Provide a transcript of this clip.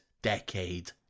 decade